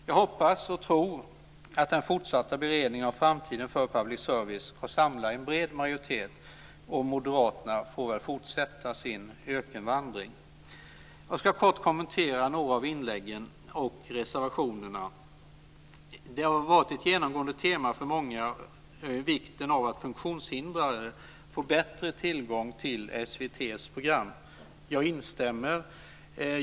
Jag hoppas och tror att den fortsatta beredningen av framtiden för public service kan samla en bred majoritet, och moderaterna får väl fortsätta sin ökenvandring. Jag ska kort kommentera några av inläggen och reservationerna. Ett genomgående tema för många har varit vikten av att funktionshindrade får bättre tillgång till SVT:s program. Jag instämmer.